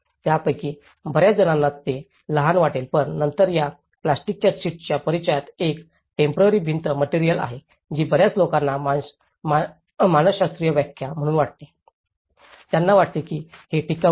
त्यांच्यापैकी बर्याचजणांना ते लहान वाटले पण नंतर या प्लास्टिकच्या शीट्सच्या परिचयात एक टेम्पोरारी भिंत मटेरिअल्स आहे जी बर्याच लोकांना मानसशास्त्रीय व्याख्या म्हणून वाटते त्यांना वाटले की हे टिकाऊ नाही